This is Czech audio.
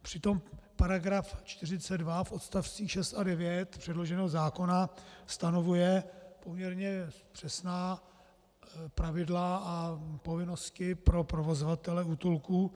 Přitom § 42 v odst. 6 a 9 předloženého zákona stanoví poměrně přesná pravidla a povinnosti pro provozovatele útulků.